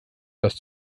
das